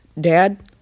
Dad